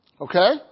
Okay